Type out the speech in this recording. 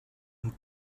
and